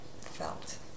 felt